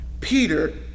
Peter